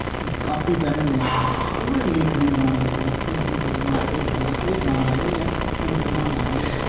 copy pen लेना पूरे लिखने गाने लिखने एह् ओह्दी फिल्मां ऐ एह् एह् गाना एह् ऐ और फिल्मां नां एह् ऐ